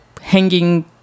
hanging